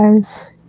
guys